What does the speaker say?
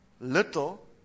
Little